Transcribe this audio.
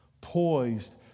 poised